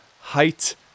Height